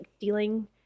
dealing